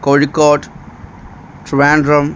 Kozhikode Trivandrum